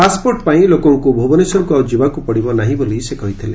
passport ପାଇଁ ଲୋକଙ୍ଙୁ ଭୁବନେଶ୍ୱରକୁ ଆଉ ଯିବାକୁ ପଡ଼ିବ ନାହିଁ ବୋଲି କହିଥିଲେ